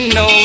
no